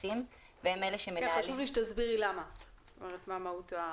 חשוב לי שתסבירי את מהות הקושי.